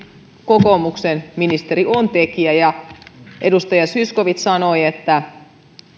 kokoomuksen ministeri on tekijä edustaja zyskowicz sanoi että